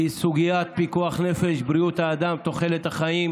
כי סוגיית פיקוח נפש, בריאות האדם, תוחלת החיים,